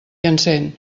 encén